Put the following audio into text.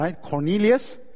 Cornelius